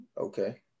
okay